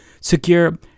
secure